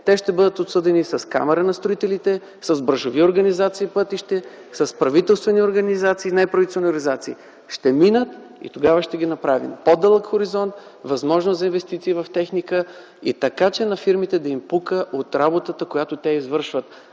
Те ще бъдат обсъдени с камарата на строителите, с браншови организации и пътища, с правителствени и неправителствени организации. Ще минат и тогава ще ги направим. По-дълъг хоризонт, възможност за инвестиции в техника. Така че на фирмите да им „пука” от работата, която те извършват,